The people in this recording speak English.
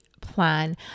plan